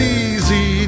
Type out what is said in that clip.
easy